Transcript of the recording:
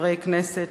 חברי הכנסת,